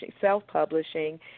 self-publishing